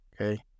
okay